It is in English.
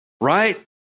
right